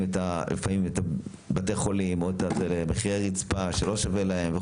לפעמים את בתי החולים או מחירי רצפה שלא שווה להם.